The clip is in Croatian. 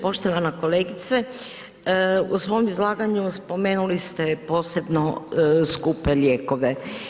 Poštovana kolegice, u svom izlaganju spomenuli ste posebno skupe lijekove.